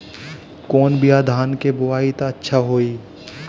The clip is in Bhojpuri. कौन बिया धान के बोआई त अच्छा होई?